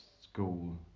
school